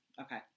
Okay